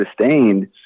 sustained